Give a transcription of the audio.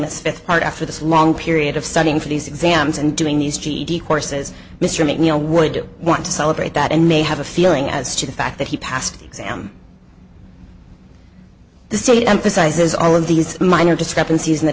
the fifth part after this long period of studying for these exams and doing these ged courses mr mcneil would want to celebrate that and may have a feeling as to the fact that he passed exam the state emphasizes all of these minor discrepancies in the